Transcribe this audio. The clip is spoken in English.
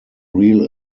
real